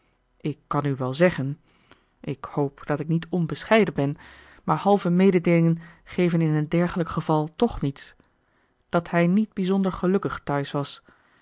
ik kan u wel zeggen ik hoop dat ik niet onbescheiden ben maar halve mededeelingen geven in een dergelijk geval toch niets dat hij niet bijzonder gelukkig thuis was